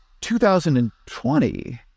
2020